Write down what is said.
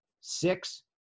Six